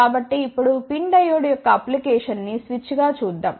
కాబట్టి ఇప్పుడు PIN diode యొక్క అప్లికేషన్ ని స్విచ్గా చూద్దాం